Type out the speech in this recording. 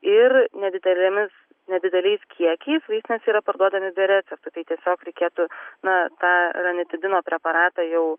ir nedidelėmis nedideliais kiekiais vaistinėse yra parduodami be recepto tai tiesiog reikėtų na tą ranitidino preparatą jau